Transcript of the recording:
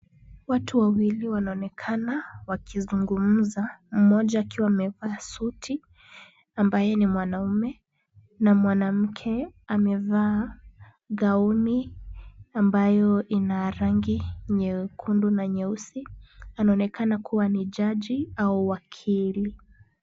Watu wawili wanaonekana wakizungumza, mmoja akiwa amevaa suti ambaye ni mwanamme na mwanamke amevaa gauni ambayo ina rangi nyekundu na nyeusi. Anaonekana kuwa ni jaji au wakili.